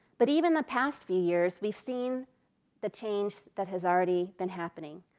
but even the past few years, we've seen the change that has already been happening.